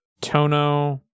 Tono